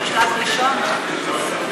בשלב ראשון?